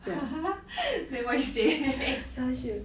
then what you say